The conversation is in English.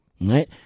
right